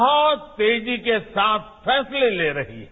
बहुत तेजी के साथ फैसले ले रही है